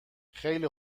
خیله